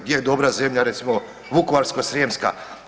Gdje je dobra zemlja, recimo vukovarsko-srijemska.